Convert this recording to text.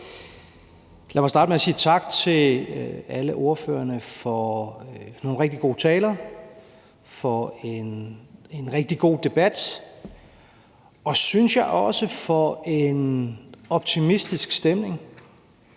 Lad mig starte med at sige tak til alle ordførerne for nogle rigtig gode taler, for en rigtig god debat og også for en, synes jeg, optimistisk stemning.